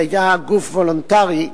שהיתה גוף וולונטרי.